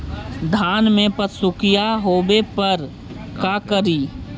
धान मे पत्सुखीया होबे पर का करि?